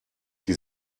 die